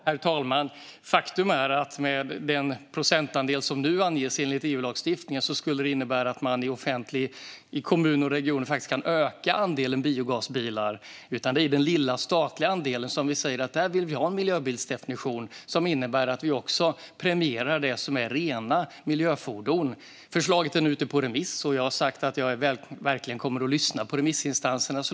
Herr talman! Faktum är att den procentandel som nu anges enligt EU-lagstiftningen skulle innebära att man i kommuner och regioner kan öka andelen biogasbilar. Det är för den lilla statliga andelen som vi säger att vi vill ha en miljöbilsdefinition som innebär att vi premierar rena miljöfordon. Förslaget är nu ute på remiss, och jag har sagt att jag kommer att lyssna på remissinstanserna.